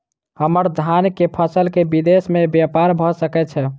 हम्मर धान केँ फसल केँ विदेश मे ब्यपार भऽ सकै छै?